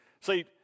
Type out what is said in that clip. See